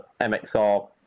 MXR